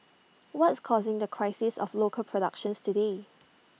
what's causing the crisis of local productions today